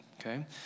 okay